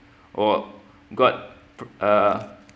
or got t~ uh